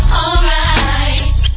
alright